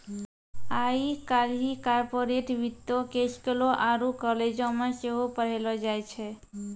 आइ काल्हि कार्पोरेट वित्तो के स्कूलो आरु कालेजो मे सेहो पढ़ैलो जाय छै